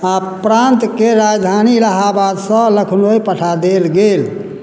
आ प्रान्तके राजधानी इलाहाबादसँ लखनउ पठा देल गेल